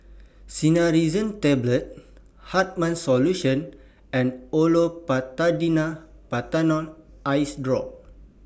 Cinnarizine Tablets Hartman's Solution and Olopatadine Patanol Eyedrop